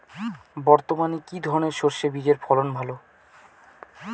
বর্তমানে কি ধরনের সরষে বীজের ফলন ভালো?